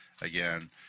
again